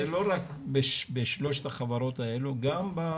זה לא רק בשלושת החברות האלו, זה גם בפריפריות